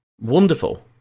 Wonderful